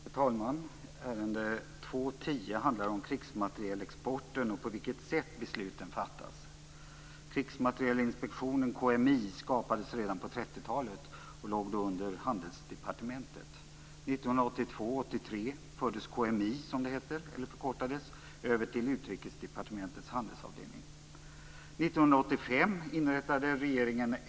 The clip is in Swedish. Fru talman! Ärende 2.10 handlar om krigsmaterielexporten och på vilket sätt besluten fattas. Krigsmaterielinspektionen - KMI - skapades redan på 1930-talet, och låg då under Handelsdepartementet. 1982/83 fördes KMI över till Utrikesdepartementets handelsavdelning.